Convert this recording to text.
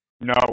No